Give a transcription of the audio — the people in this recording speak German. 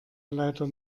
leider